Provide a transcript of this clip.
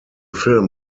film